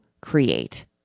create